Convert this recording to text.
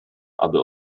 aby